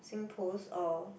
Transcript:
SingPost or